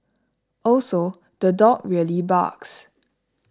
also the dog really barks